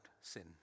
sin